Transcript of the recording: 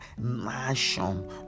nation